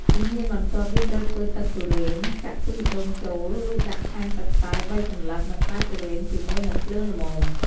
ជំហានបន្ទាប់យើងត្រូវធ្វើទឹកទុរេន ចាក់ខ្ទិះដូងចូល រួចដាក់ថែមស្លឹកតើយ៣សន្លឹក និងផ្លែទុរេន ជាមួយនឹងភ្លើងល្មម។